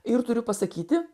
ir turiu pasakyti